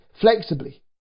flexibly